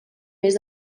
més